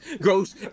gross